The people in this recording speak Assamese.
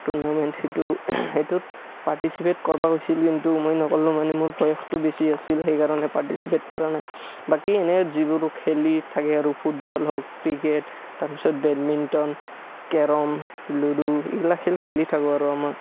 টুৰ্ণামেণ্ট সেইটো সেইটোত পাৰ্টিচিপেট কৰিব কৈছিল কিন্তু মই নগ'লোঁ মানে মোৰ বয়সটো বেছি আছিল সেইকাৰণে পাৰ্টিচিপেট কৰা নাই বাকী এনেই যিবোৰ খেলি থাকে আৰু ফুটবল হওক ক্ৰিকেট তাৰপিছত বেডমিণ্টন কেৰম লুডু এইগিলা খেল খেলি থাকোঁ আৰু আমা